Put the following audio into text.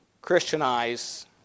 Christianize